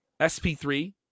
SP3